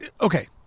Okay